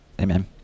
Amen